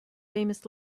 famous